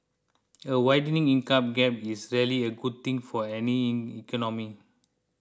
a widening income gap is rarely a good thing for any in economy